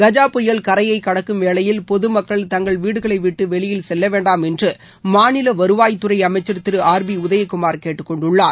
கஜா புயல் கரையைக் கடக்கும் வேளையில் பொதுமக்கள் தங்கள் வீடுகளை விட்டு வெளியில் செல்ல வேண்டாம் என்று மாநில வருவாயத்துறை அமைச்சர் திரு ஆர் பி உதயகுமார் கேட்டுக் கொண்டுள்ளார்